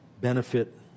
benefit